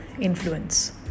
influence